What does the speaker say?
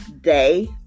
day